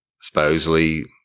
Supposedly